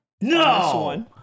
No